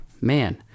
man